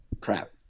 crap